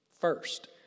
First